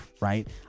right